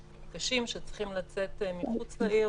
שצריכים לצאת מחוץ לעיר,